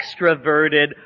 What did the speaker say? extroverted